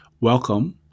Welcome